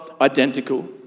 identical